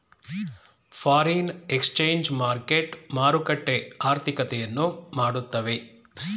foreign exchange market ಮಾರುಕಟ್ಟೆ ಆರ್ಥಿಕತೆಯನ್ನು ಮಾಡುತ್ತವೆ